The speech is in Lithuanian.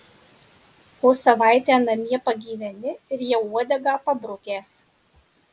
o savaitę namie pagyveni ir jau uodegą pabrukęs